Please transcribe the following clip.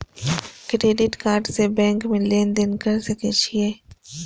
Credit card से bank में लेन देन कर सके छीये?